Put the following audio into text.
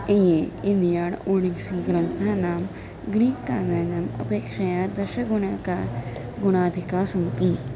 इये इन्याण् ओडिसि ग्रन्थानां ग्रीक् काव्यानाम् अपेक्षया दशगुणाधिकाः गुणाधिका सन्ति